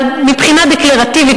אבל מבחינה דקלרטיבית,